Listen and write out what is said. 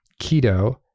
keto